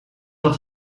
dat